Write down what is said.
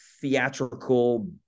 theatrical